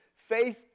Faith